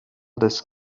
des